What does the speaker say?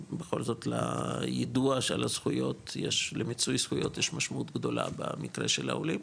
בכל זאת ליידוע למיצוי זכויות יש חשיבות גדולה למקרה של העולים